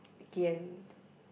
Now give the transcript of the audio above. gain